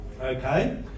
Okay